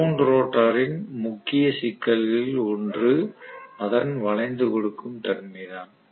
wound ரோட்டரின் முக்கிய சிக்கல்களில் ஒன்று அதன் வளைந்து கொடுக்கும் தன்மைதான்